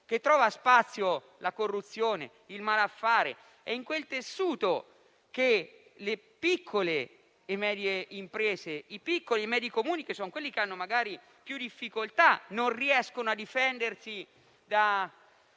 che trovano spazio la corruzione e il malaffare; è in quel tessuto che le piccole e medie imprese, i piccoli e medi Comuni, quelli che hanno più difficoltà, non riescono a difendersi da